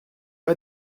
pas